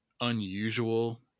unusual